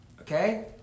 okay